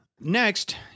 Next